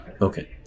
Okay